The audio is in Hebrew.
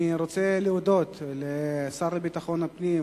אני רוצה להודות לשר לביטחון הפנים,